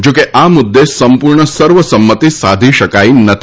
જોકે આ મુદ્દે સંપૂર્ણ સર્વસંમતિ સાધી શકાઈ નથી